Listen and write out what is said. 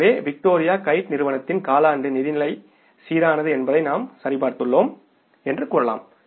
எனவேவிக்டோரியா kite நிறுவனத்தின் காலாண்டு நிதி நிலை சீரானது என்பதை நாம் சரிபார்த்துள்ளோம் என்று கூறலாம்